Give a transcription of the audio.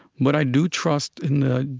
but i do trust in the